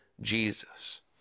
Jesus